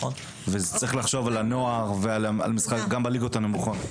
צריך לחשוב על הנוער גם בליגות הנמוכות.